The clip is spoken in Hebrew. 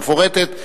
מפורטת.